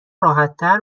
راحتتر